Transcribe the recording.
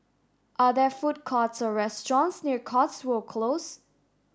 are there food courts or restaurants near Cotswold Close